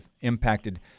impacted